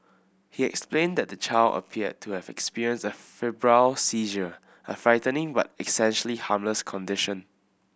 he explained that the child appeared to have experienced a febrile seizure a frightening but essentially harmless condition